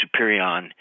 Superion